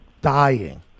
Dying